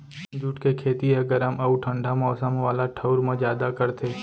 jute के खेती ह गरम अउ ठंडा मौसम वाला ठऊर म जादा करथे